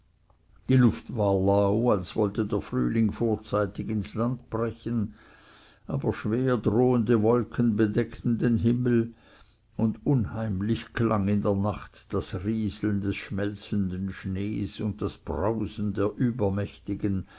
die luft war lau als wollte der frühling vorzeitig ins land brechen aber schwer drohende wolken bedeckten den himmel und unheimlich klang in der nacht das rieseln des schmelzenden schnees und das brausen der übermächtigen